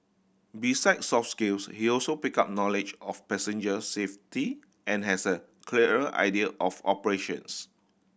besides soft skills he also picked up knowledge of passenger safety and has a clearer idea of operations